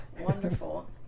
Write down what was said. Wonderful